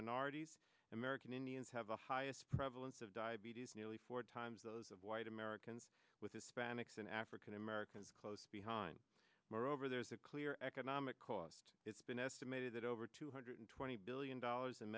minorities american indians have the highest prevalence of diabetes nearly four times those of white americans with hispanics and african americans close behind moreover there's a clear economic cost it's been estimated that over two hundred twenty billion dollars in